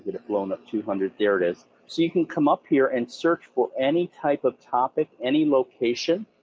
it it blown up two hundred, there it is. so you can come up here and search for any type of topic, any location,